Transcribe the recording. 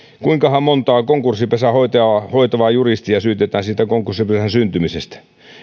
kuinkahan montaa konkurssipesää hoitavaa juristia syytetään siitä konkurssipesän syntymisestä